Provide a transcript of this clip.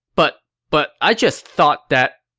but but, i just thought that,